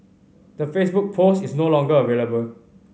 the Facebook post is no longer available